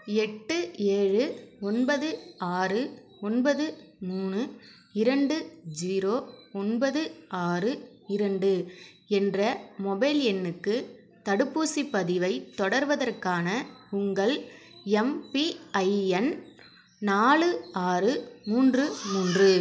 எட்டு ஏழு ஒன்பது ஆறு ஒன்பது மூணு இரண்டு ஜீரோ ஒன்பது ஆறு இரண்டு என்ற மொபைல் எண்ணுக்கு தடுப்பூசிப் பதிவைத் தொடர்வதற்கான உங்கள் எம்பிஐஎன் நாலு ஆறு மூன்று மூன்று